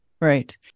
Right